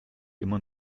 immer